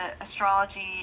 astrology